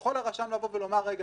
יכול הרשם לבוא ולומר: רגע,